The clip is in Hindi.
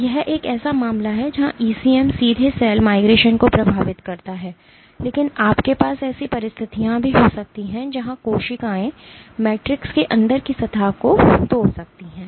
तो यह एक ऐसा मामला है जहां ईसीएम सीधे सेल माइग्रेशन को प्रभावित करता है लेकिन आपके पास ऐसी परिस्थितियां भी हो सकती हैं जहां कोशिकाएं मैट्रिक्स के अंदर की सतह को को तोड़ सकती हैं